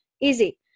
Easy